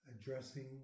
addressing